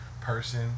person